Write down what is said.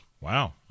Wow